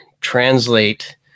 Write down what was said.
translate